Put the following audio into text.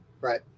Right